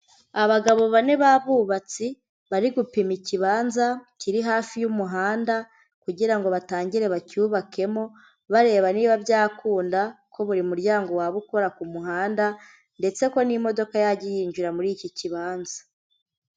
Abagabo bane b'abubatsi bari gupima ikibanza kiri hafi y'umuhanda kugira ngo batangire bacyubakemo, bareba niba byakunda ko buri muryango waba ukora ku muhanda ndetse ko n'imodoka yajya yinjira muri iki kibanza.